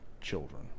children